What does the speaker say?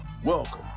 Welcome